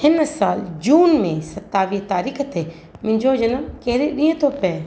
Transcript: हिन साल जून में सतावीह तारीख़ ते मुंहिंजो जनम कहिड़े ॾींहं थो पए